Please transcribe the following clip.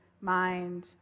mind